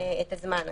את הזמן הזה.